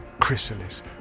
Chrysalis